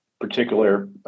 particular